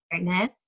awareness